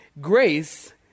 Grace